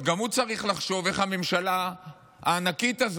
גם הוא צריך לחשוב איך הממשלה הענקית הזאת,